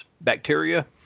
bacteria